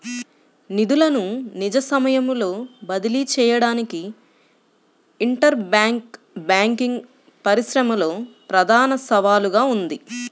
నిధులను నిజ సమయంలో బదిలీ చేయడానికి ఇంటర్ బ్యాంక్ బ్యాంకింగ్ పరిశ్రమలో ప్రధాన సవాలుగా ఉంది